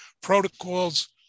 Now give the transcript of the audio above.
protocols